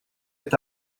est